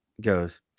goes